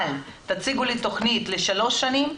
אבל תציגו לי תוכנית לשלוש שנים,